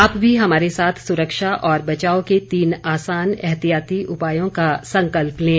आप भी हमारे साथ सुरक्षा और बचाव के तीन आसान एहतियाती उपायों का संकल्प लें